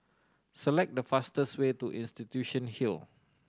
select the fastest way to Institution Hill